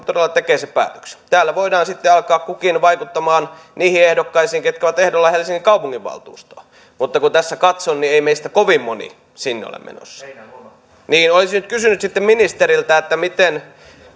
todella tekee sen päätöksen täällä voidaan sitten alkaa kukin vaikuttamaan niihin ehdokkaisiin ketkä ovat ehdolla helsingin kaupunginvaltuustoon mutta kun tässä katson niin ei meistä kovin moni sinne ole menossa olisin kysynyt ministeriltä miten